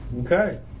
Okay